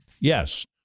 Yes